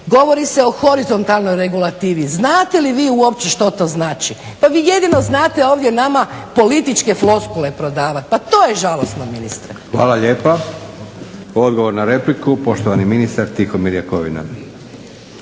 govori se o horizontalnoj regulativi. Znate li vi uopće što to znači? Pa vi jedino znate ovdje nama političke floskule prodavat, pa to je žalosno ministre. **Leko, Josip (SDP)** Hvala lijepa. Odgovor na repliku, poštovani ministar Tihomir Jakovina.